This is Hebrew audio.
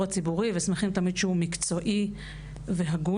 הציבורי ושמחים תמיד שהוא מקצועי והגון.